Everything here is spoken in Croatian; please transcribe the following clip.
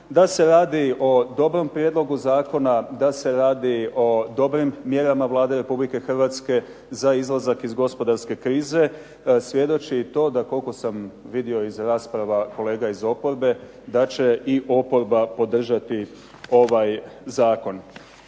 Da se radi o dobrom prijedlogu zakona, da se radi o dobrim mjerama Vlade Republike Hrvatske za izlazak iz gospodarske krize svjedoči i to da koliko sam vidio iz rasprava kolega iz oporbe da će i oporba podržati ovaj zakon.